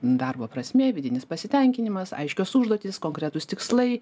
darbo prasmė vidinis pasitenkinimas aiškios užduotys konkretūs tikslai